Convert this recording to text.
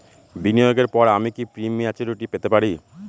বিনিয়োগের পর আমি কি প্রিম্যচুরিটি পেতে পারি?